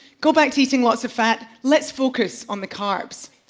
go back to eating lots of fat. let's focus on the carbs.